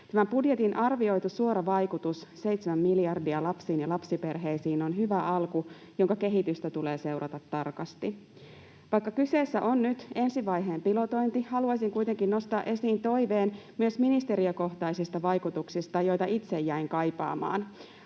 Tämän budjetin arvioitu suora vaikutus, 7 miljardia, lapsiin ja lapsiperheisiin on hyvä alku, jonka kehitystä tulee seurata tarkasti. Vaikka kyseessä on nyt ensi vaiheen pilotointi, haluaisin kuitenkin nostaa esiin toiveen myös ministeriökohtaisista vaikutuksista, joita itse jäin kaipaamaan.